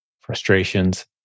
frustrations